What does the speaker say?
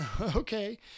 Okay